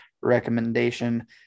recommendation